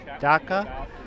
DACA